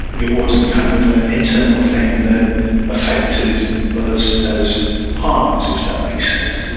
it wasn't kind of an internal thing that affected us as partners, if that makes sense.